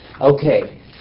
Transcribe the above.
Okay